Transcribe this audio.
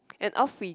and off we